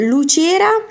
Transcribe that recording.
Lucera